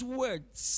words